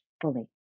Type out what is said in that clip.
fully